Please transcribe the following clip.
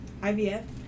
IVF